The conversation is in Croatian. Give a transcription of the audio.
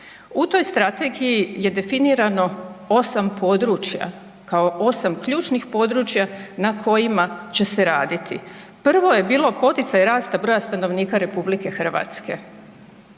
U toj strategiji je definirano 8 područja kao 8 ključnih područja na kojima će se raditi. Prvo je bilo poticaj rasta broja stanovnika RH, to